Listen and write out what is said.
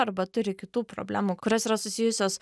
arba turi kitų problemų kurios yra susijusios